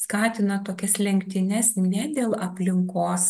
skatina tokias lenktynes ne dėl aplinkos